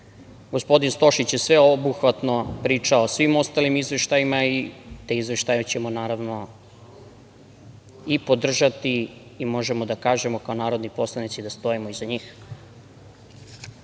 Gospodin Stošić je sveobuhvatno pričao o svim ostalim izveštajima i te izveštaje ćemo podržati i možemo da kažemo kao narodni poslanici da stojimo iza